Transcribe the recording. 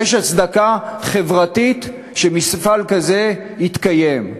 יש הצדקה חברתית שמפעל כזה יתקיים,